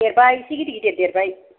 देरबाय एसे गिदिर गिदिर देरबाय